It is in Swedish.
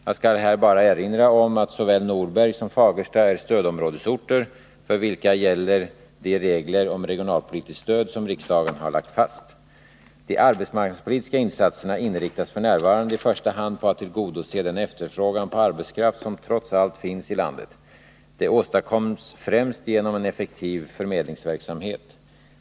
Jag skall här bara erinra om att såväl Norberg som Fagersta är stödområdesorter för vilka gäller de regler om regionalpolitiskt stöd som riksdagen har lagt fast. De arbetsmarknadspolitiska insatserna inriktas f. n. i första hand på att tillgodose den efterfrågan på arbetskraft som trots allt finns i landet. Det åstadkoms främst genom en effektiv förmedlingsverksamhet.